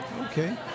Okay